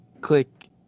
click